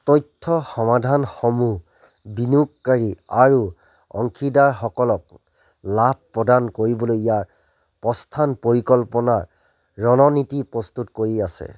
তথ্য সমাধানসমূহ বিনিয়োগকাৰী আৰু অংশীদাৰসকলক লাভ প্ৰদান কৰিবলৈ ইয়াৰ প্ৰস্থান পৰিকল্পনাৰ ৰণনীতি প্ৰস্তুত কৰি আছে